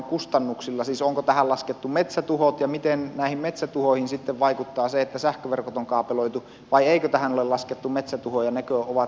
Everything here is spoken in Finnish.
siis onko tähän laskettu metsätuhot ja miten näihin metsätuhoihin sitten vaikuttaa se että sähköverkot on kaapeloitu vai eikö tähän ole laskettu metsätuhoja ja nekö ovat sitten erillinen kustannus